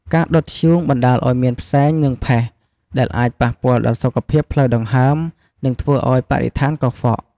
ការដុតធ្យូងបណ្តាលឱ្យមានផ្សែង និងផេះ ដែលអាចប៉ះពាល់ដល់សុខភាពផ្លូវដង្ហើម និងធ្វើឲ្យបរិស្ថានកខ្វក់។